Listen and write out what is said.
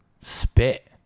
spit